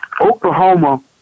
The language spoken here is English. Oklahoma